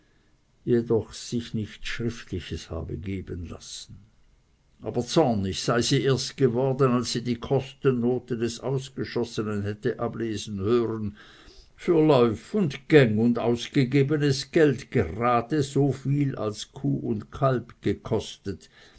jedoch sich nichts schriftliches habe geben lassen aber zornig sei sie erst geworden als sie die kostennote des ausgeschossenen hätte ablesen hören für lauf und gang und ausgegebenes geld gerade so viel als kuh und kalb gekostet